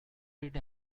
read